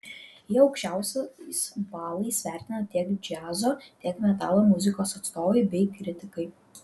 jį aukščiausiais balais vertina tiek džiazo tiek metalo muzikos atstovai bei kritikai